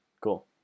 cool